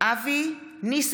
מתחייב אני אבי ניסנקורן,